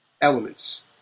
elements